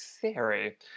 theory